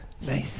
Nice